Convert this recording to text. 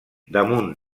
damunt